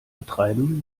betreiben